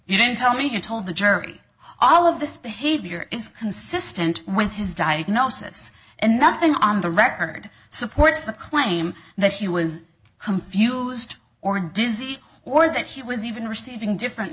you didn't tell me you told the jury all of this behavior is consistent with his diagnosis and nothing on the record supports the claim that she was confused or dizzy or that she was even receiving different